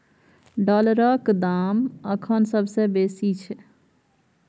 डॉलरक दाम अखन सबसे बेसी छै